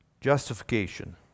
justification